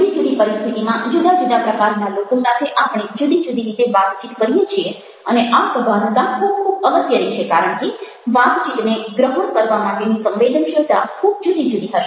જુદી જુદી પરિસ્થિતિમાં જુદા જુદા પ્રકારના લોકો સાથે આપણે જુદી જુદી રીતે વાતચીત કરીએ છીએ અને આ સભાનતા ખૂબ ખૂબ અગત્યની છે કારણ કે વાતચીતને ગ્રહણ કરવા માટેની સંવેદનશીલતા ખૂબ જુદી જુદી હશે